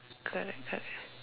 correct correct